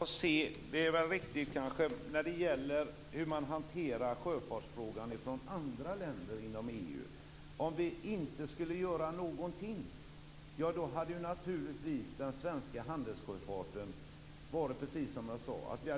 Herr talman! I fråga om hur sjöfartsfrågan hanteras inom andra länder i EU är det riktigt att vi får vänta och se. Om vi inte hade gjort någonting, hade